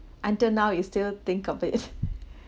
until now you still think of it